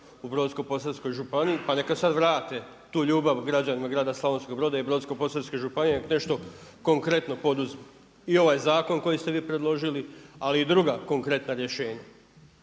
u Brodsko-posavskoj pa neka sada vrate tu ljubav građanima grada Slavonskog broda i Brodsko-posavske županije, neka nešto konkretno poduzmu. I ovaj zakon koji ste vi predložili ali i druga konkretna rješenja.